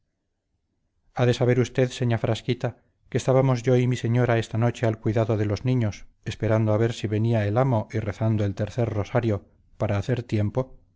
de saber usted señá frasquita que estábamos yo y mi señora esta noche al cuidado de los niños esperando a ver si venía el amo y rezando el tercer rosario para hacer tiempo